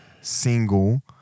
single